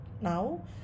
now